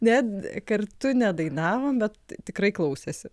ne kartu nedainavom bet tikrai klausėsi